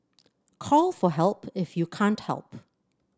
call for help if you can't help